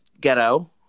ghetto